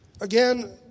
again